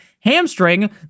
hamstring